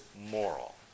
moral